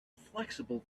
flexible